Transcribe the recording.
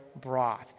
broth